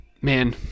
Man